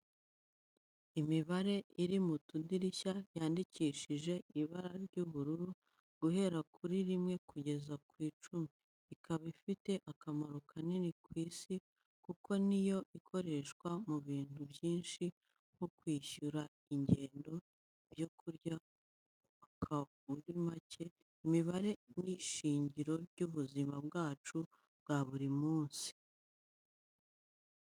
Imibare iri mu tudirishya yandikishije ibara ry'ubururu guhera kuri rimwe kugeza ku icumi, ikaba ifite akamaro kanini ku isi kuko ni yo ikoreshwa mu bintu byinshi nko kwishyura ingendo, ibyo kurya, kubaka muri make imibare ni ishingiro ry'ubuzima bwacu bwa buri munsi.